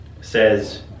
says